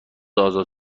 ازاد